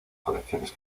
colecciones